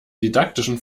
didaktischen